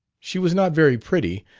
she was not very pretty,